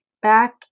Back